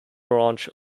branch